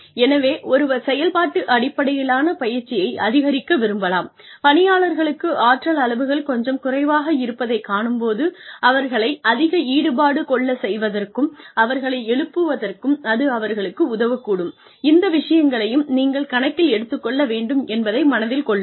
எனவே ஒருவர் செயல்பாட்டு அடிப்படையிலான பயிற்சியை அதிகரிக்க விரும்பலாம் பணியாளர்களுக்கு ஆற்றல் அளவுகள் கொஞ்சம் குறைவாக இருப்பதைக் காணும் போது அவர்களை அதிக ஈடுபாடு கொள்ளச் செய்வதற்கும் அவர்களை எழுப்புவதற்கும் அது அவர்களுக்கு உதவக்கூடும் இந்த விஷயங்களையும் நீங்கள் கணக்கில் எடுத்துக்கொள்ள வேண்டும் என்பதை மனதில் கொள்ளுங்கள்